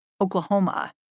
Oklahoma